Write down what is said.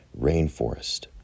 rainforest